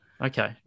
Okay